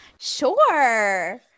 Sure